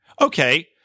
Okay